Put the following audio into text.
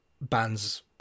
bands